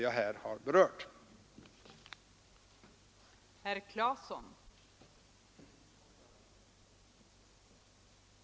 Jag yrkar slutligen bifall till reservationerna 2, 3, 4 och 5.